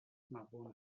malbona